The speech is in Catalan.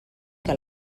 que